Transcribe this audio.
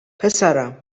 پسرم